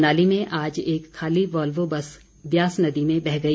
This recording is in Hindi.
मनाली में आज एक खाली वॉल्वो बस ब्यास नदी में बह गई